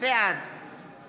בעד איתמר בן גביר, אינו